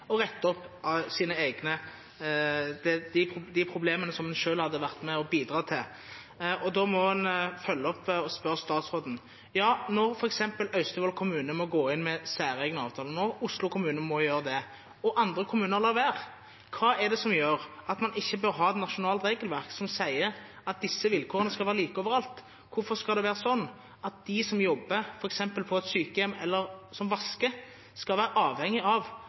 å rette opp de problemene som en selv hadde vært med og bidratt til. Da må jeg følge opp og spørre statsråden: Når f.eks. Austevoll kommune må gå inn med særegne avtaler nå – Oslo kommune må også gjøre det – og andre kommuner lar være, hva er det som gjør at en ikke bør ha et nasjonalt regelverk som sier at disse vilkårene skal være like overalt? Hvorfor skal det være slik at f.eks. de som jobber på et sykehjem eller som vasker, skal være avhengig av